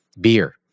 beer